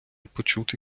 почути